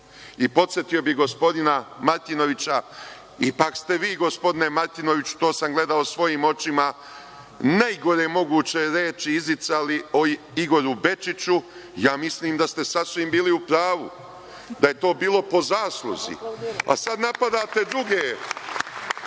društvo. Podsetio bih gospodina Martinovića, ipak ste vi gospodine Martinoviću, to sam gledao svojim očima najgore moguće reči izricali o Igoru Bečiću, ja mislim da ste sasvim bili u pravu da je to bilo po zasluzi, a sada napadate druge